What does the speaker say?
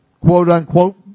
quote-unquote